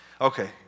okay